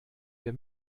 wir